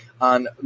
on